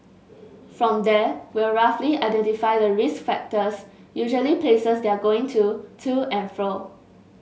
from there we'll roughly identify the risk factors usually places they're going to to and fro